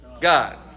God